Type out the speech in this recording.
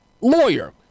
lawyer